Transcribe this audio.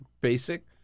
basic